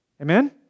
Amen